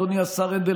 אדוני השר הנדל,